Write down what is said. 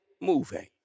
moving